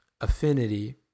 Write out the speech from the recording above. affinity